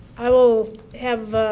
i will have